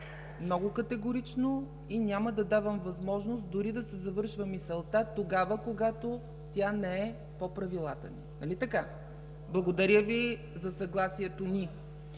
много категорично и няма да давам възможност дори да се завършва мисълта, когато тя не е по правилата! Благодаря Ви за съгласието ни.